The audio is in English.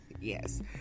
yes